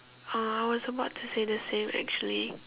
uh I was about to say the same actually